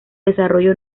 desarrollo